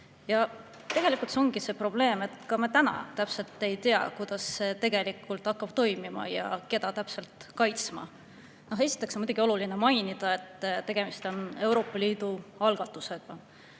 Ja tegelikult ongi see probleem, et me ka täna täpselt ei tea, kuidas see tegelikult hakkab toimima ja keda täpselt kaitsma. Esiteks on muidugi oluline mainida, et tegemist on Euroopa Liidu algatusega.